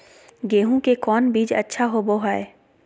गेंहू के कौन बीज अच्छा होबो हाय?